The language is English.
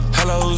Hello